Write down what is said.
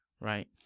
Right